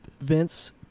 Vince